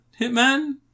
Hitman